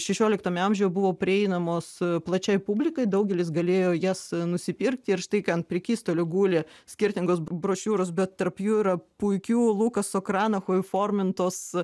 šešioliktame amžiuje buvo prieinamos plačiai publikai daugelis galėjo jas nusipirkti ir štai kai ant prekystalių guli skirtingos brošiūros bet tarp jų yra puikių lukaso kranacho įformintos